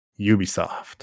Ubisoft